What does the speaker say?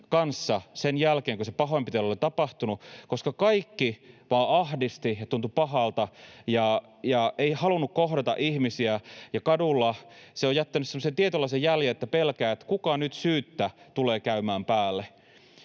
kanssa sen jälkeen, kun se pahoinpitely oli tapahtunut, koska kaikki vain ahdisti ja tuntui pahalta ja ei halunnut kohdata ihmisiä, ja se on jättänyt semmoisen tietynlaisen jäljen, että kadulla pelkää, että kuka nyt syyttä tulee käymään päälle.